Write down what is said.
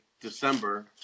December